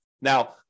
Now